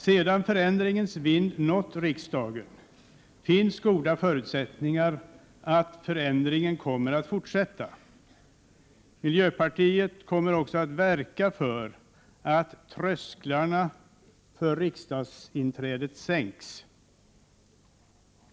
Sedan förändringens vind har nått riksdagen finns goda förutsättningar för att förändringen kommer att fortsätta. Miljöpartiet kommer också att verka för att trösklarna för riksdagsinträde sänks.